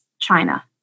China